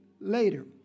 later